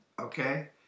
Okay